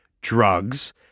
drugs